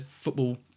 football